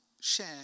share